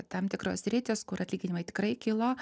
tam tikros sritys kur atlyginimai tikrai kilo